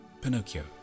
Pinocchio